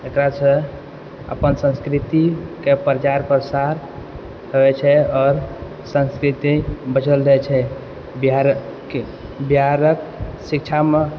एकरासँ अपन संस्कृतिके प्रचार प्रसार होइ छै आओर संस्कृति बचल रहे छै बिहारक के बिहारक शिक्षा मऽ